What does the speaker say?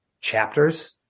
chapters